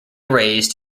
raised